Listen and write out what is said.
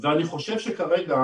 ואני חושב שכרגע